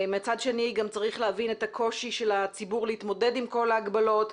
ומצד שני גם צריך להבין את הקושי של הציבור להתמודד עם כל ההגבלות.